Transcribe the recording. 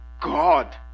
God